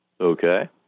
Okay